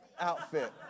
Outfit